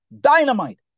Dynamite